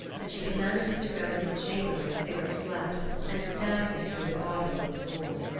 and she commanded him to go into the chamber where sigurd slept and stab him through the body with a sword.